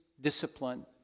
discipline